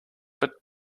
but